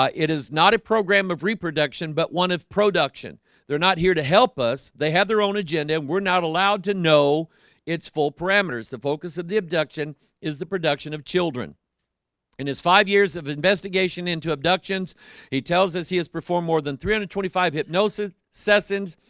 ah it is not a program of reproduction, but one of production they're not here to help us they have their own agenda and we're not allowed to know it's full parameters the focus of the abduction is the production of children in his five years of investigation into abductions he tells us he has performed more than three hundred and twenty five hypnosis sessions.